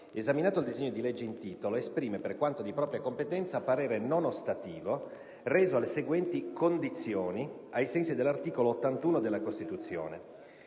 esaminato il disegno di legge in titolo, esprime, per quanto di propria competenza, parere non ostativo reso alle seguenti condizioni, ai sensi dell'articolo 81 della Costituzione: